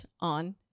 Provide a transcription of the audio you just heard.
on